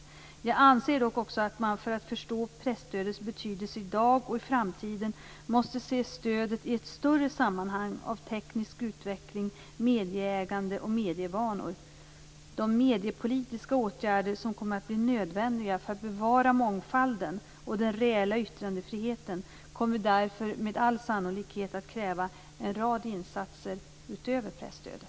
Jag anser dock också att man för att förstå presstödets betydelse i dag och i framtiden måste se stödet i ett större sammanhang av teknisk utveckling, medieägande och medievanor. De mediepolitiska åtgärder som kommer att bli nödvändiga för att bevara mångfalden och den reella yttrandefriheten kommer därför med all sannolikhet att kräva en rad insatser utöver presstödet.